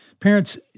Parents